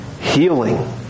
Healing